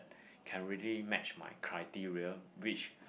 can really match my criteria which